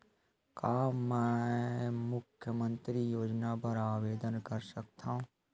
का मैं मुख्यमंतरी योजना बर आवेदन कर सकथव?